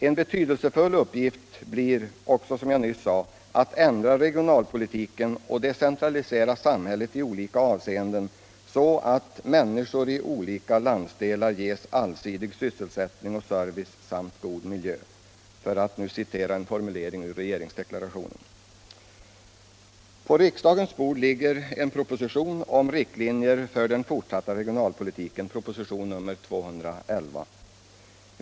En betydelsefull uppgift blir också, som jag nyss sade, att ändra regionalpolitiken och decentralisera samhället i olika avseenden ”så att människor i olika landsdelar ges allsidig sysselsättning och service samt en god miljö”, för att citera en formulering i regeringsdeklarationen. På riksdagens bord ligger en proposition om riktlinjer för den fortsatta regionalpolitiken, propositionen 211.